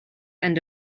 end